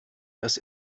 dass